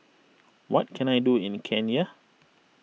what can I do in Kenya